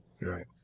Right